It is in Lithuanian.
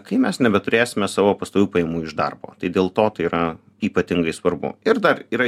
kai mes nebeturėsime savo pastovių pajamų iš darbo tai dėl to tai yra ypatingai svarbu ir dar yra